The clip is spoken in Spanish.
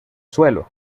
suelo